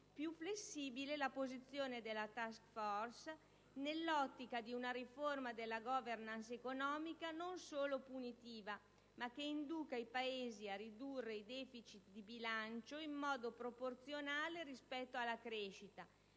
più flessibile quella della *task force* nell'ottica di una riforma della *governance* economica non solo punitiva, ma che induca i Paesi a ridurre i deficit di bilancio in modo proporzionale rispetto alla crescita,